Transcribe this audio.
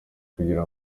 kugira